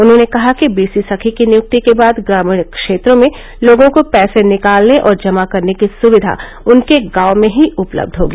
उन्होंने कहा कि बीसी सखी की नियुक्ति के बाद ग्रामीण क्षेत्रों में लोगों को पैसे निकालने और जमा करने की सुविधा उनके गांव में ही उपलब्ध होगी